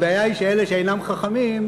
הבעיה היא שאלה שאינם חכמים,